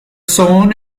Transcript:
sown